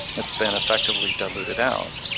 it's been effectively diluted out.